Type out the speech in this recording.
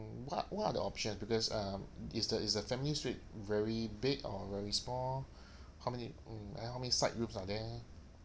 what what are the option because um is the is the family suite very big or very small how many mm how many side rooms are there